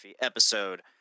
episode